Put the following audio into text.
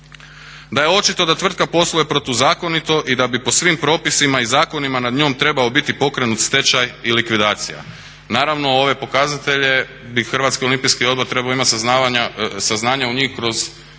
Da je očito da tvrtka posluje protuzakonito i da bi po svim propisima i zakonima nad njom trebao biti pokrenut stečaj i likvidacija. Naravno, ove pokazatelje bi Hrvatski olimpijski odbor trebao imat saznanja o njima kroz rad